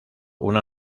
una